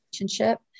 relationship